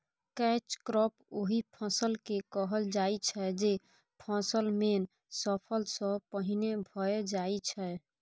catch crop ओहि फसल केँ कहल जाइ छै जे फसल मेन फसल सँ पहिने भए जाइ छै